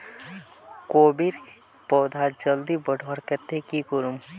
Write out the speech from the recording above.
कोबीर पौधा जल्दी बढ़वार केते की करूम?